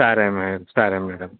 సరే మేడం సరే మేడం